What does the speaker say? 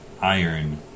iron